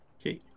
Okay